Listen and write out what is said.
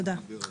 תודה.